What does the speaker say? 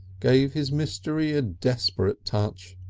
gave his misery a desperate touch.